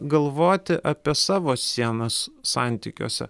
galvoti apie savo sienas santykiuose